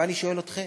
ואני שואל אתכם,